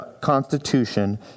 constitution